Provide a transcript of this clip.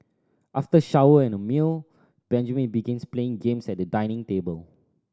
after shower and meal Benjamin begins playing games at the dining table